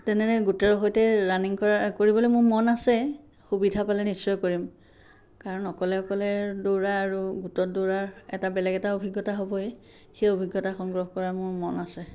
তেনেদৰে গোটৰ সৈতে ৰাণিং কৰিবলৈ মোৰ মন আছে সুবিধা পালে নিশ্চয় কৰিম কাৰণ অকলে অকলে দৌৰা আৰু গোটত দৌৰা এটা বেলেগ এটা অভিজ্ঞতা হ'বই সেই অভিজ্ঞতা সংগ্ৰহ কৰা মোৰ মন আছে